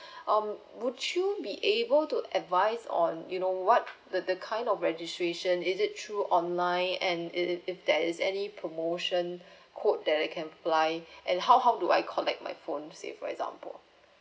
um would you be able to advise on you know what the the kind of registration is it through online and if if that is any promotion code that I can apply and how how do I collect my phone say for example